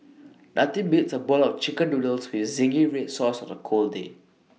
nothing beats A bowl of Chicken Noodles with Zingy Red Sauce on A cold day